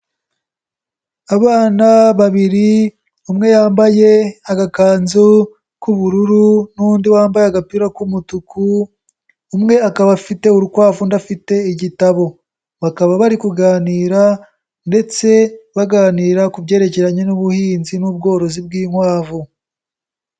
Abana babiri umwe yambaye agakanzu k'ubururu n'undi wambaye agapira k'umutuku, umwe akaba afite urukwavu undi afite igitabo, bakaba bari kuganira ndetse baganira ku byerekeranye n'ubuhinzi n'ubworozi bw'inkwavu.